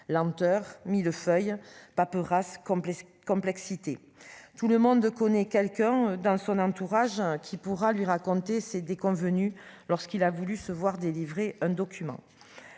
lenteur millefeuille paperasse complexité tout le monde connaît quelqu'un dans son entourage, hein, qui pourra lui raconter ses déconvenues lorsqu'il a voulu se voir délivrer un document